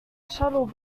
shuttle